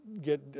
get